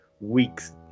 Weeks